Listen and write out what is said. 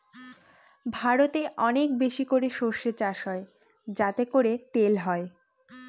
ভারতে অনেক বেশি করে সর্ষে চাষ হয় যাতে করে তেল হয়